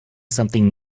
something